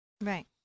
right